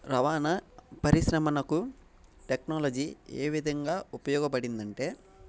రవాణా పరిశ్రమకు టెక్నాలజీ ఏవిధంగా ఉపయోగపడింది అంటే